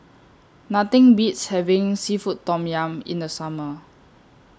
Nothing Beats having Seafood Tom Yum in The Summer